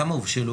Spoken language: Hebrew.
כמה הובשלו